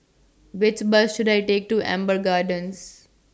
Which Bus should I Take to Amber Gardens